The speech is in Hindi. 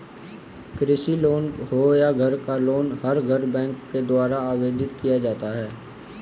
कृषि लोन हो या घर का लोन हर एक बैंक के द्वारा आवेदित किया जा सकता है